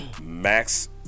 Max